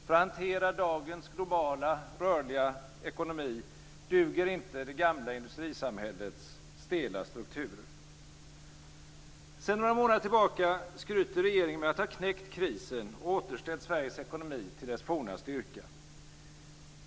För att hantera dagens globala, rörliga ekonomi duger inte det gamla industrisamhällets stela strukturer. Sedan några månader tillbaka skryter regeringen med att ha knäckt krisen och återställt Sveriges ekonomi till dess forna styrka.